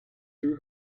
threw